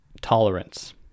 tolerance